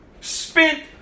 spent